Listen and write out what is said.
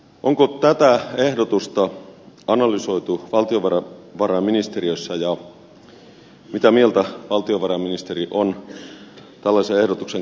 onko tätä ehdotusta analysoitu valtiovarainministeriössä ja mitä mieltä valtiovarainministeri on tällaisen ehdotuksen käyttökelpoisuudesta